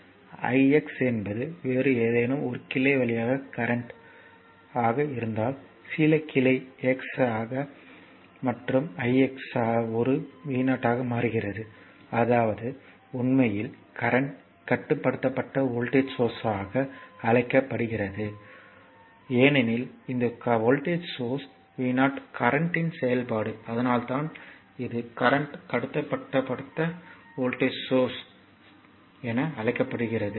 I x என்பது வேறு ஏதேனும் ஒரு கிளை வழியாக கரண்ட் ஆக இருந்தால் சில கிளை x a மற்றும் i x ஒரு V 0 ஆக மாறுகிறது அதாவது உண்மையில் கரண்ட் கட்டுப்படுத்தப்பட்ட வோல்ட்டேஜ் சோர்ஸ்யாக அழைக்கப்படுகிறது ஏனெனில் இந்த வோல்டேஜ் சோர்ஸ் V 0 கரண்ட் ன் செயல்பாடு அதனால்தான் இது கரண்ட் கட்டுப்படுத்தப்பட்ட வோல்டேஜ் சோர்ஸ் என அழைக்கப்படுகிறது